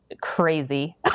crazy